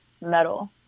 metal